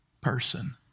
person